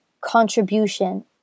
contribution